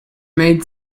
made